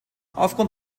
aufgrund